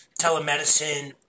Telemedicine